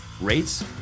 rates